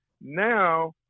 now